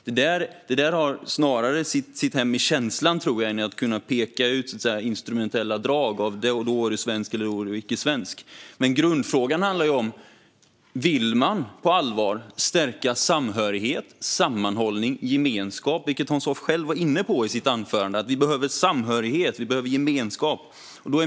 Det där har snarare sitt hem i känslan än i att kunna peka ut instrumentella drag; då är du svensk eller då är du inte svensk. Men grundfrågan är ju om man på allvar vill stärka samhörighet, sammanhållning och gemenskap. Det var Hans Hoff själv inne på i sitt anförande - att vi behöver samhörighet och gemenskap.